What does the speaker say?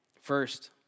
First